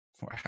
Wow